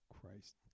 Christ